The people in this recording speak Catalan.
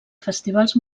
festivals